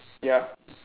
ya